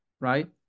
right